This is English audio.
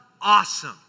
awesome